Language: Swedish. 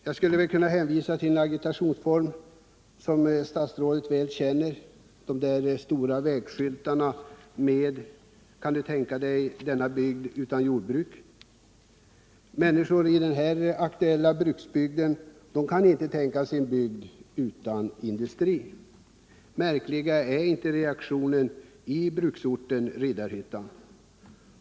Jag skulle kunna hänvisa till en agitationsform, som statsrådet väl känner, nämligen de stora vägskyltarna med: ”Kan du tänka dig denna bygd utan jordbruk?” Människorna i den aktuella bruksbygden kan inte tänka sig sin bygd utan industri. Märkligare är inte reaktionen i bruksorten Riddarhyttan.